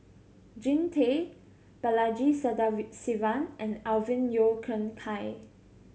Jean Tay Balaji Sadasivan and Alvin Yeo Khirn Hai